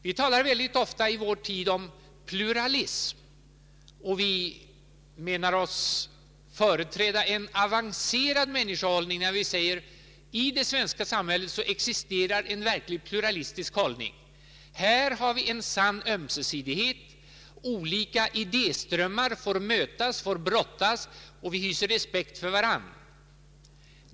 Vi talar mycket ofta i vår tid om pluralism, och vi menar oss företräda en avancerad människohållning när vi säger: I det svenska samhället existerar en verkligt pluralistisk hållning. Här har vi en sann ömsesidighet. Olika idé strömmar får mötas, får brottas, och vi hyser respekt för varandra.